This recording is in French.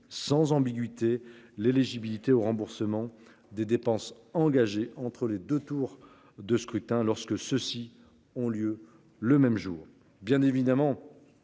sans ambiguïté les légitimité au remboursement des dépenses engagées entre les 2 tours de scrutin lorsque ceux-ci ont lieu le même jour,